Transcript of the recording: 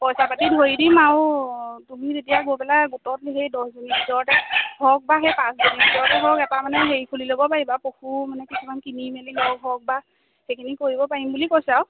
পইচা পাতি ধৰি দিম আৰু তুমি তেতিয়া গৈ পেলাই গোটত সেই দহজনীৰ ভিতৰতে হওক বা সেই পাঁচজনীৰ ভিতৰতে হওক এটা মানে হেৰি খুলি ল'ব পাৰিবা পশু মানে কিছুমান কিনি মেলি ল'ব হওক বা সেইখিনি কৰিব পাৰিম বুলি কৈছে আৰু